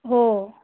हो